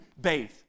bathe